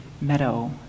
meadow